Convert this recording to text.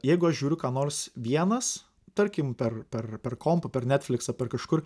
jeigu aš žiūriu ką nors vienas tarkim per per per kompą per netflix per kažkur